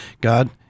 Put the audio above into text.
God